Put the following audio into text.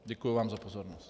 Děkuji vám za pozornost.